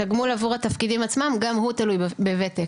התגמול עבור התפקידים עצמם, גם הוא תלוי בותק.